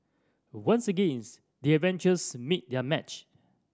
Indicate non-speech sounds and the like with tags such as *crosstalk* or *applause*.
once again *unintelligible* the Avengers meet their match